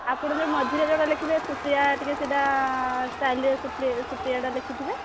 ଆପଣ ଯଉ ମଝିରେ ଯେଉଁଟା ଲେଖିବେ ସୁପ୍ରିୟା ଟିକିଏ ସେଇଟା ଷ୍ଟାଇଲ୍ରେ ସୁପ୍ରିୟାଟା ଲେଖିଥିବେ